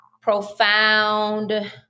profound